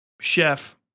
chef